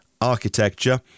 architecture